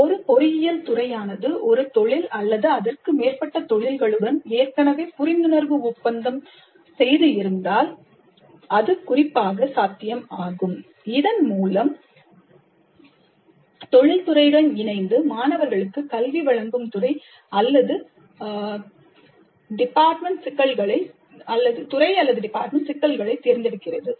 ஒரு பொறியியல் துறையானது ஒரு தொழில் அல்லது அதற்கு மேற்பட்ட தொழில்களுடன் ஏற்கனவே புரிந்துணர்வு ஒப்பந்தம் இருந்தால் இது குறிப்பாக சாத்தியமாகும் இதன் மூலம் தொழில் துறையுடன் இணைந்து மாணவர்களுக்கு கல்வி வழங்கும் துறை அல்லது டிபார்ட்மெண்ட் சிக்கல்களைத் தேர்ந்தெடுக்கிறது